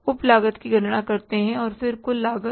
हम उप लागत की गणना करते हैं फिर कुल लागत